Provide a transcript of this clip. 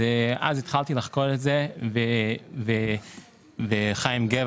אז התחלתי לחקור את זה ועם חיים גבע